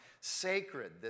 sacred